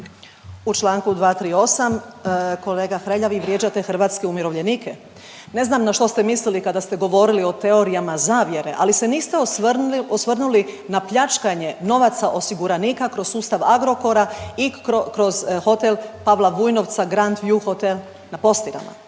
U članku 238. Kolega Hrelja vi vrijeđate hrvatske umirovljenike. Ne znam na što ste mislili kada ste govorili o teorijama zavjere ali se niste osvrnuli na pljačkanje novaca osiguranika kroz sustav Agrokora i kroz hotel Pavla Vujnovca, Grad View hotel na Postirama